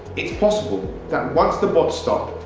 it's possible that once the bots stop,